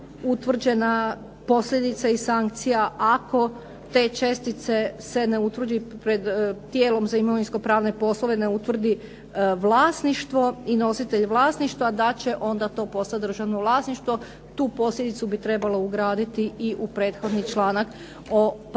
utvrđena posljedica i sankcija ako te čestice se ne utvrde pred tijelom za imovinsko-pravne poslove, ne utvrdi vlasništvo i nositelj vlasništva da će onda to postat državno vlasništvo. Tu posljedicu bi trebalo ugraditi i u prethodni članak o parcelaciji.